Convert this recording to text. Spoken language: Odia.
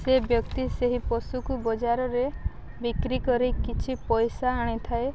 ସେ ବ୍ୟକ୍ତି ସେହି ପଶୁକୁ ବଜାରରେ ବିକ୍ରି କରି କିଛି ପଇସା ଆଣିଥାଏ